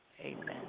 Amen